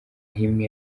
imwe